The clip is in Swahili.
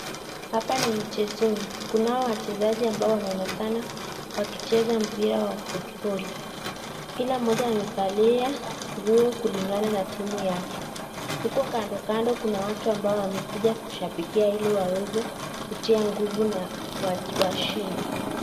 Hapa ni michezoni ,kunao wachezaji ambao wameonekana wakicheza mpira wa futibali , kila mmoja amevalia nguo kulingana na timu yake huko kando kando kuna watu ambao wamekuja kushabikia ili waweze kutia nguvu na washinde.